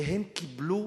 והם קיבלו